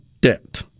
debt